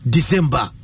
December